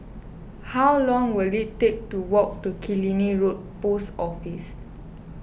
how long will it take to walk to Killiney Road Post Office